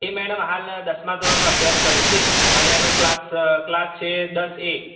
એ madam હાલ દસમા ધોરણમાં અભ્યાસ કરે છે અને એનો કલાસ ક્લાસ છે દસ એ